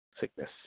sickness